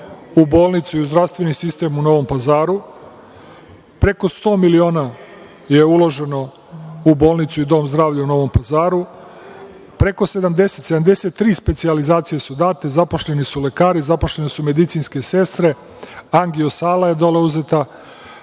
u bolnicu i u zdravstveni sistem u Novom Pazaru? Preko 100 miliona je uloženo u bolnicu i u dom zdravlja u Novom Pazaru, preko 70, tačnije 73 specijalizacije su date, zaposleni su lekari, medicinske sestre, angio-sala je uzeta,